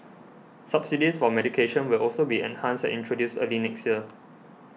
subsidies for medication will also be enhanced and introduced early next year